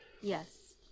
Yes